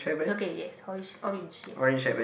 okay yes holy shit orange yes